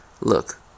Look